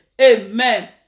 Amen